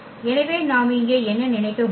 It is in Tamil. எனவே நாம் இங்கே என்ன நினைக்க முடியும்